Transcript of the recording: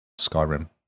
Skyrim